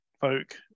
folk